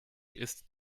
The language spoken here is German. ist